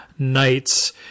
nights